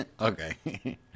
Okay